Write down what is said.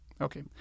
Okay